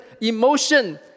emotion